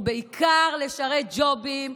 הוא בעיקר לשרת ג'ובים,